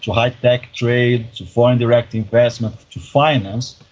high-tech trade, foreign direct investment, finance,